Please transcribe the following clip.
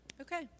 Okay